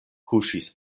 kuŝis